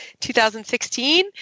2016